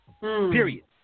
Period